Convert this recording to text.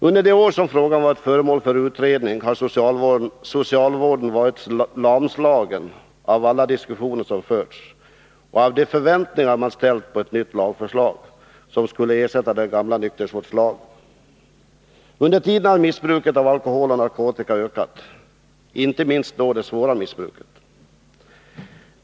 Under de år frågan varit föremål för utredning har socialvården varit lamslagen av alla diskussioner som förts och av de förväntningar man ställt på ett nytt lagförslag som skulle ersätta den gamla nykterhetsvårdslagen. Under tiden har missbruket av alkohol och narkotika ökat, inte minst det svåra missbruket.